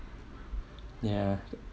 ya